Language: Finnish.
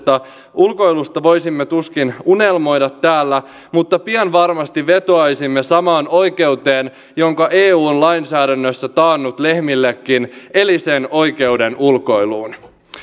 ulkoilusta voisimme tuskin unelmoida täällä mutta pian varmasti vetoaisimme samaan oikeuteen jonka eu on lainsäädännössä taannut lehmillekin eli sen oikeuteen ulkoiluun